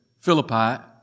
Philippi